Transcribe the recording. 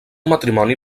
matrimoni